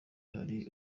hari